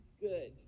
good